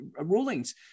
rulings